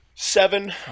Seven